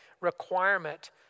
requirement